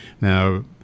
Now